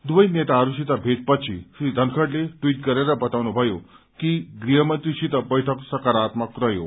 दुवै नेताहरूसित भेटपछि श्री धनखड़ले ट्वीट गरेर बताउनुभयो कि गृहमन्त्रीसित बैठक सकारात्मक रहयो